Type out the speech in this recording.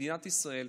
כמדינת ישראל,